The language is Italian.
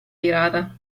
virata